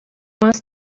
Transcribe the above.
wants